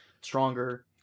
stronger